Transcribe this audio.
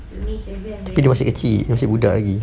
tapi dia masih kecil masih budak lagi